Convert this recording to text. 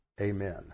Amen